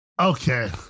Okay